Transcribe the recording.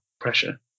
pressure